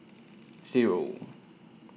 Zero